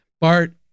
Bart